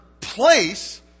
place